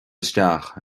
isteach